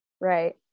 right